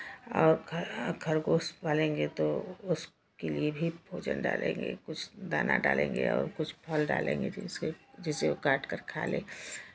और ख खरगोश पालेंगे तो उसके लिए भी भोजन डालेंगे कुछ दाना डालेंगे और कुछ फल डालेंगे उसके जिसे जिसे वो काटकर खा ले